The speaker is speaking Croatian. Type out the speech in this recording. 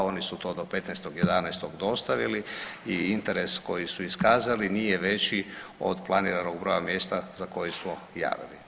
Oni su to do 15.11. dostavili i interes koji su iskazali nije veći od planiranog broja mjesta za koji smo javili.